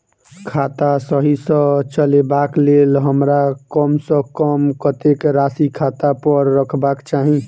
खाता सही सँ चलेबाक लेल हमरा कम सँ कम कतेक राशि खाता पर रखबाक चाहि?